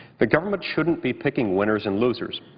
the government shouldn't be picking winners and losers.